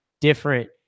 different